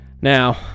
Now